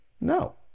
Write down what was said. No